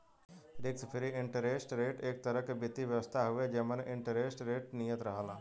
risk free interest rate एक तरह क वित्तीय व्यवस्था हउवे जेमन इंटरेस्ट रेट नियत रहला